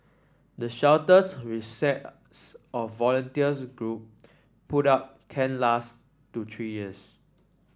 the shelters which sets of volunteer group put up can last to three years